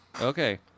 Okay